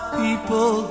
people